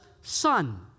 son